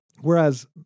whereas